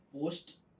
post